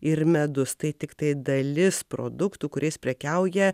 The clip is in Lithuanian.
ir medus tai tiktai dalis produktų kuriais prekiauja